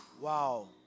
Wow